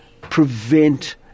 prevent